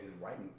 writing